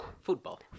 football